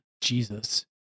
Jesus